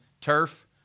turf